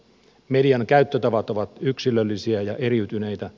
median käyttötavat ovat yksilöllisiä ja eriytyneitä